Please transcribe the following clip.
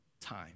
time